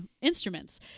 instruments